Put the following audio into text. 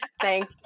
Thank